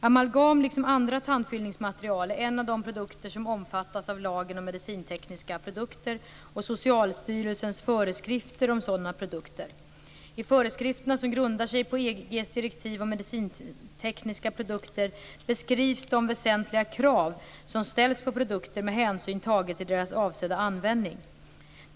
Amalgam, liksom andra tandfyllningsmaterial, är en av de produktgrupper som omfattas av lagen om medicintekniska produkter och Socialstyrelsens föreskrifter om sådana produkter. I föreskrifterna, som grundar sig på EG:s direktiv om medicintekniska produkter , beskrivs de väsentliga krav som ställs på produkter med hänsyn tagen till deras avsedda användning.